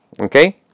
Okay